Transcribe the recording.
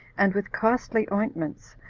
and with costly ointments,